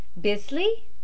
Bisley